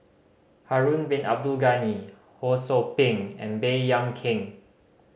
Harun Bin Abdul Ghani Ho Sou Ping and Baey Yam Keng